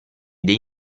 dei